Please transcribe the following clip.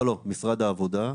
לא, משרד העבודה.